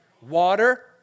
water